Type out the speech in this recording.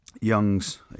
Young's